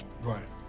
Right